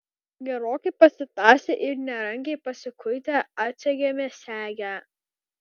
gerokai pasitąsę ir nerangiai pasikuitę atsegėme segę